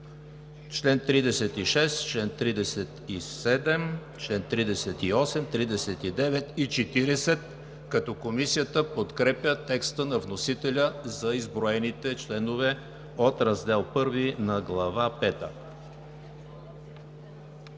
чл. 36, чл. 37, чл. 38, чл. 39 и чл. 40, като Комисията подкрепя текста на вносителя за изброените членове от Раздел I на Глава